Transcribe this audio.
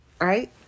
right